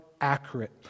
accurate